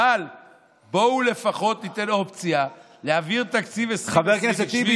אבל בואו לפחות ניתן אופציה להעביר את תקציב 2020,